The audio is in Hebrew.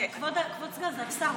כבוד סגן השר,